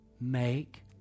make